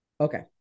Okay